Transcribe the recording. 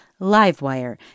livewire